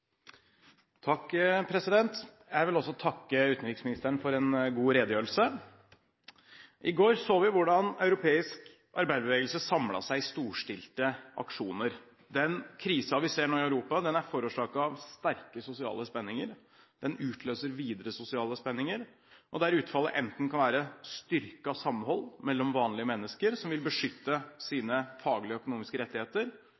Jeg vil også takke utenriksministeren for en god redegjørelse. I går så vi hvordan europeisk arbeiderbevegelse samlet seg i storstilte aksjoner. Den krisen vi nå ser i Europa, er forårsaket av sterke sosiale spenninger. Den utløser videre sosiale spenninger, der utfallet enten kan være styrket samhold mellom vanlige mennesker som vil beskytte